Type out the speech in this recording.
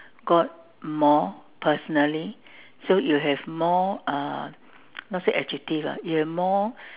God more personally so you have more uh not say adjective lah you have more